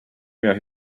where